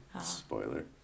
Spoiler